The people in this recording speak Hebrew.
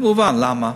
כמובן, למה?